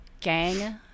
gang